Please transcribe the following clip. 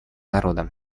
народом